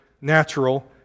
natural